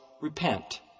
repent